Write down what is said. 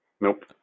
Nope